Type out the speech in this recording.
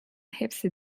hepsi